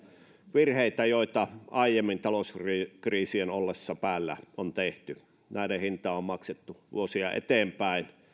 virheitä joita aiemmin talouskriisien ollessa päällä on tehty näiden hintaa on maksettu vuosia eteenpäin